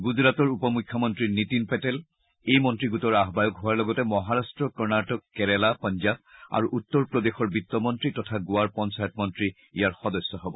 গুজৰাটৰ উপ মুখ্যমন্ত্ৰী নীতিন পেটেল এই মন্ত্ৰী গোটৰ আহায়ক হোৱাৰ লগতে মহাৰট্ট কৰ্ণাটক কেৰালা পাঞ্জাৱ আৰু উত্তৰ প্ৰদেশৰ বিত্তমন্ত্ৰী তথা গোৱাৰ পঞ্চায়ত মন্ত্ৰী ইয়াৰ সদস্য হ'ব